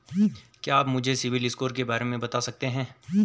क्या आप मुझे सिबिल स्कोर के बारे में बता सकते हैं?